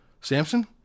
Samson